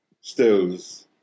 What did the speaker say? stills